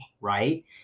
right